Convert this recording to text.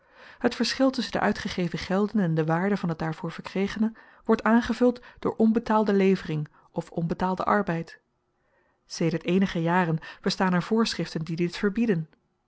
het verschil tusschen de uitgegeven gelden en de waarde van het daarvoor verkregene wordt aangevuld door onbetaalde levering of onbetaalden arbeid sedert eenige jaren bestaan er voorschriften die dit verbieden